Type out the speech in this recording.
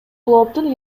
клооптун